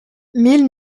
mille